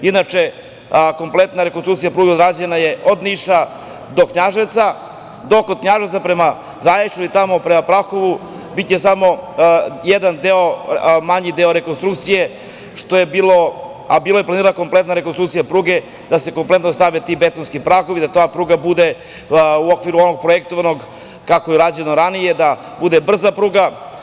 Inače, kompletna rekonstrukcija pruge je rađena od Niša do Knjaževca, dok od Knjaževca prema Zaječaru i tamo prema Prahovu će biti samo jedan deo, manji deo rekonstrukcije, a bila je planirana kompletna rekonstrukcija pruge, da se kompletno stave ti betonski pragovi, ta pruga bude u okviru onog projektovanog kako je urađeno ranije, da bude brza pruga.